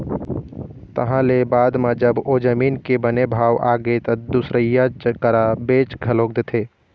तहाँ ले बाद म जब ओ जमीन के बने भाव आगे त दुसरइया करा बेच घलोक देथे